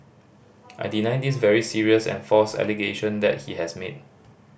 I deny this very serious and false allegation that he has made